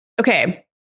Okay